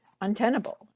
untenable